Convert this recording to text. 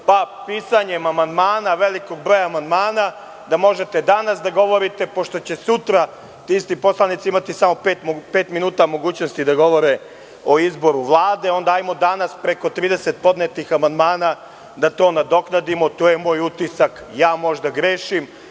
pa pisanjem velikog broja amandmana, da možete danas da govorite, pošto će sutra ti isti poslanici imati samo pet minuta mogućnosti da govore o izboru Vlade. Onda ajmo danas, preko 30 podnetih amandmana, da to nadoknadimo. To je moj utisak, možda ja grešim,